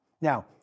Now